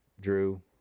Drew